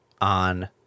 on